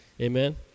Amen